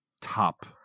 top